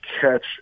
catch